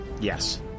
Yes